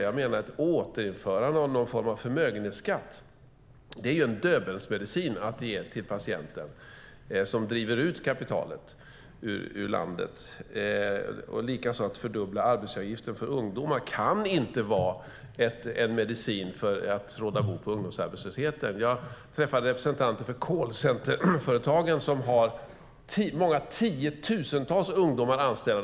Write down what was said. Jag menar att ett återinförande av någon form av förmögenhetsskatt är en döbelnsmedicin att ge till patienten som driver ut kapitalet ur landet. Likaså kan inte en fördubbling av arbetsgivaravgifterna för ungdomar vara en medicin för att råda bot på ungdomsarbetslösheten. Jag träffade representanter för callcenterföretagen som har tiotusentals ungdomar anställda.